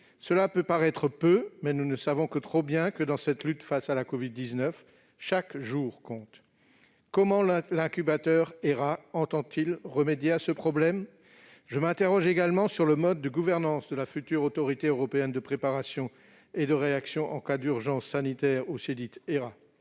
Cela peut paraître peu, mais nous ne le savons que trop bien, dans la lutte contre la covid-19, chaque jour compte. Comment l'incubateur HERA entend-il remédier à ce problème ? Je m'interroge également sur le mode de gouvernance de la future autorité européenne de préparation et de réaction en cas d'urgence sanitaire, elle